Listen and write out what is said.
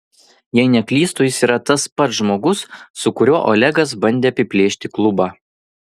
jei neklystu jis yra tas pats žmogus su kuriuo olegas bandė apiplėšti klubą